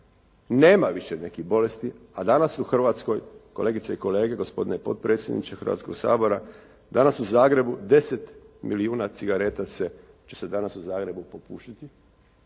nema više nekih bolesti, a danas u Hrvatskoj kolegice i kolege, gospodine potpredsjedniče Hrvatskog sabora, danas u Zagrebu 10 milijuna cigareta se, će se danas u Zagrebu popušiti,